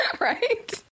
Right